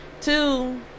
Two